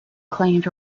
claimed